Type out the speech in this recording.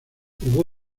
jugó